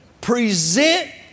present